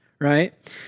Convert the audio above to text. right